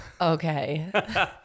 okay